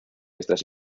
extras